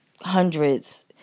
hundreds